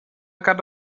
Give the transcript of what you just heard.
got